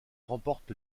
remporte